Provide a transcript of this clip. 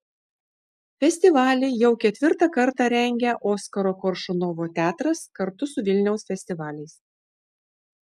festivalį jau ketvirtą kartą rengia oskaro koršunovo teatras kartu su vilniaus festivaliais